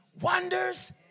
Wonders